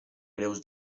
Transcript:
greus